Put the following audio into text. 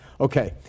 Okay